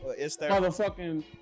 Motherfucking